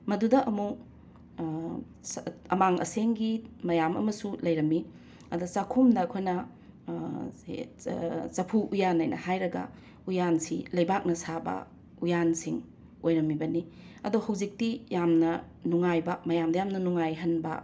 ꯃꯗꯨꯗ ꯑꯃꯨꯛ ꯑꯃꯥꯡ ꯑꯁꯦꯡꯒꯤ ꯃꯌꯥꯝ ꯑꯃꯁꯨ ꯂꯩꯔꯝꯃꯤ ꯑꯗꯣ ꯆꯥꯛꯈꯨꯝꯗ ꯑꯩꯈꯣꯏꯅ ꯁꯦ ꯆ ꯆꯐꯨ ꯎꯌꯥꯟ ꯍꯥꯏꯅ ꯍꯥꯏꯔꯒ ꯎꯌꯥꯟꯁꯤ ꯂꯩꯕꯥꯛꯅ ꯁꯥꯕ ꯎꯌꯥꯟꯁꯤꯡ ꯑꯣꯏꯔꯝꯃꯤꯕꯅꯤ ꯑꯗꯣ ꯍꯧꯖꯤꯛꯇꯤ ꯌꯥꯝꯅ ꯅꯨꯡꯉꯥꯏꯕ ꯃꯌꯥꯝꯗ ꯌꯥꯝꯅ ꯅꯨꯡꯉꯥꯏꯍꯟꯕ